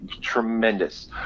tremendous